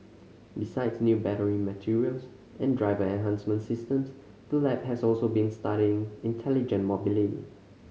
besides new battery materials and driver enhancement systems the lab has also been studying intelligent mobility